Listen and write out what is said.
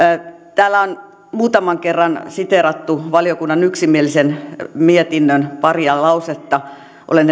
täällä on muutaman kerran siteerattu valiokunnan yksimielisen mietinnön paria lausetta olen